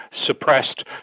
suppressed